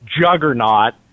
juggernaut